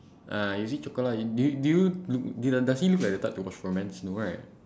ah you see chocola and do you do you loo~ does he look like the type to watch romance no right